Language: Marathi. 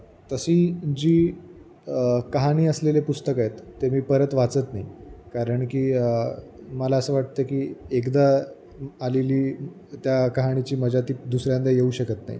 तशी जी कहाणी असलेले पुस्तकं आहेत ते मी परत वाचत नाही कारण की मला असं वाटतं की एकदा आलेली त्या कहाणीची मजा ती दुसऱ्यांदा येऊ शकत नाही